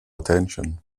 attention